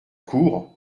cour